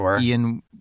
Ian